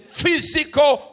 physical